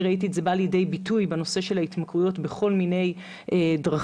ראיתי את זה בא לידי ביטוי בנושא של ההתמכרויות בכל מיני דרכים,